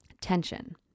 tension